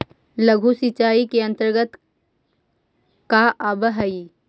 लघु सिंचाई के अंतर्गत का आव हइ?